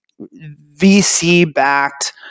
VC-backed